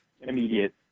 immediate